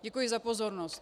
Děkuji za pozornost.